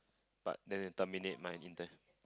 but then ten minute my intend